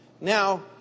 Now